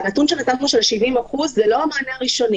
הנתון שנתנו של 70% זה לא המענה הראשוני.